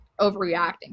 overreacting